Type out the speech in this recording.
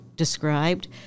Described